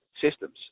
systems